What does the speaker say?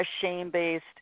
shame-based